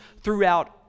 throughout